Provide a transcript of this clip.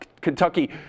Kentucky